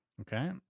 Okay